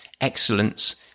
excellence